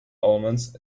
elements